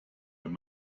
wenn